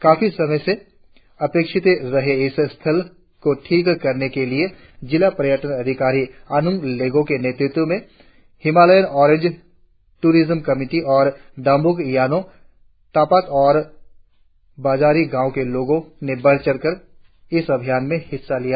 काफी समय से अपेक्षित रहे इस स्थल को ठीक करने के लिए जिला पर्यटन अधिकारी आनुंग लेगो के नेतृत्व में हिमालयान ओरेंज टूरिजम कमीटी और दाम्बोक याणो तापात और बिजारी गांवो के लोगो ने बढ़चढ़ कर इस अभियान में भाग लिया